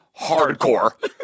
Hardcore